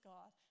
God